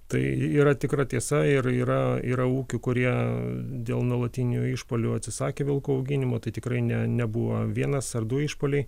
tai yra tikra tiesa ir yra yra ūkių kurie dėl nuolatinių išpuolių atsisakė vilkų auginimo tai tikrai ne nebuvo vienas ar du išpuoliai